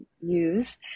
use